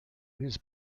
his